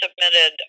submitted